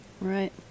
right